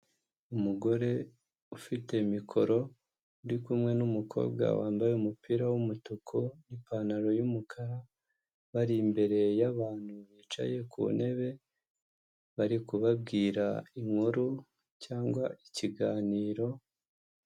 Umugore ufite mikoro uri kumwe n'umukobwa wambaye umupira w'umutuku n'ipantaro y'umukara, bari imbere y'abantu bicaye ku ntebe barikubwira inkuru cyangwa ikiganiro.